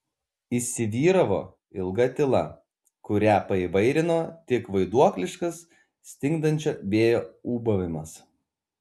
įsivyravo ilga tyla kurią paįvairino tik vaiduokliškas stingdančio vėjo ūbavimas